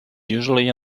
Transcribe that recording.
usually